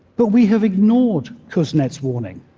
but we have ignored kuznets' warning.